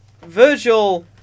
Virgil